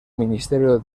ministerio